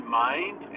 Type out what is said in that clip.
mind